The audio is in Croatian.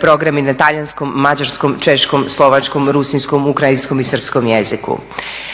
programi na talijanskom, mađarskom, češkom, slovačkom, rusinskom, ukrajinskom i srpskom jeziku.